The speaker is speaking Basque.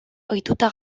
ohituta